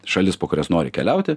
šalis po kurias nori keliauti